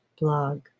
blog